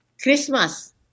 Christmas